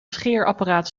scheerapparaat